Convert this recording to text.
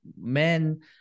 men